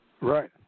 right